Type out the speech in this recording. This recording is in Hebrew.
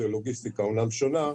הלוגיסטיקה אומנם שונה,